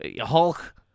Hulk